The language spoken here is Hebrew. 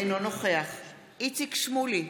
אינו נוכח איציק שמולי,